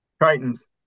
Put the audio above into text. Titans